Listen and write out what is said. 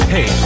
Hey